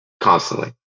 constantly